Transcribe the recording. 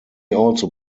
also